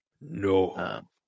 No